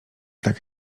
tak